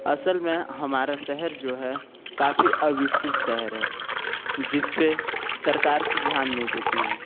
असल में हमारा शहर जो है काफ़ी अविकसित शहर है जिस पर सरकार ध्यान नहीं देती है